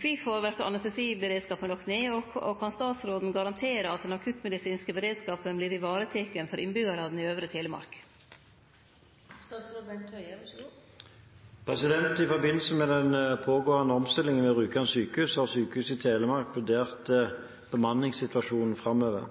Kvifor vert anestesiberedskapen lagt ned, og kan statsråden garantere at den akuttmedisinske beredskapen blir ivareteken for innbyggjarane i Øvre Telemark?» I forbindelse med den pågående omstillingen ved Rjukan sykehus har Sykehuset Telemark vurdert bemanningssituasjonen framover.